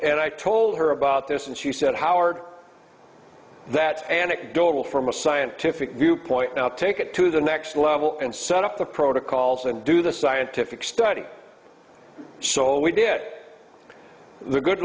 and i told her about this and she said howard that anecdotal from a scientific viewpoint now take it to the next level and set up the protocols and do the scientific study so we did it the good